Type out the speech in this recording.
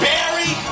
Barry